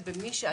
לא.